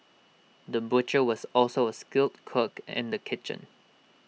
the butcher was also A skilled cook in the kitchen